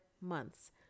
months